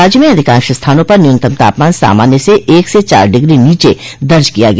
राज्य में अधिकांश स्थानों पर न्यूनतम तापमान सामान्य से एक से चार डिग्री नीचे दर्ज किया गया